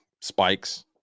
spikes